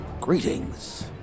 greetings